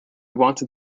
wanted